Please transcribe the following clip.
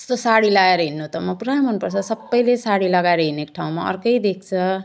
यस्तो साडी लगाएर हिँड्नु त म पुरा मन पर्छ सबै साडी लगाएर हिँडेको ठाउँमा अर्कै देख्छ